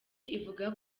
ivuga